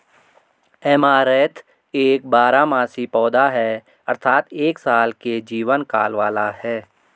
amaranth एक बारहमासी पौधा है अर्थात एक साल के जीवन काल वाला है